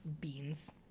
beans